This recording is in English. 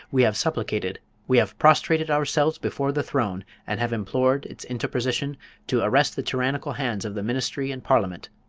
we have supplicated, we have prostrated ourselves before the throne, and have implored its interposition to arrest the tyrannical hands of the ministry and parliament.